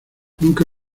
nunca